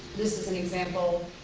this is an example.